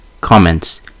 Comments